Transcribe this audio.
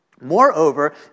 Moreover